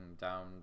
down